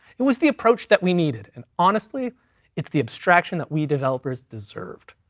it was the approach that we needed, and honestly it's the abstraction that we developers deserved.